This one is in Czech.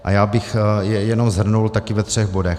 Já bych je jenom shrnul taky ve třech bodech.